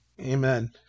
amen